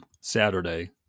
Saturday